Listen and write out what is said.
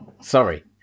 Sorry